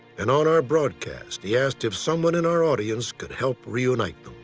and on our broadcast, he asked if someone in our audience could help reunite.